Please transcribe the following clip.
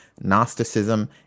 gnosticism